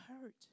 hurt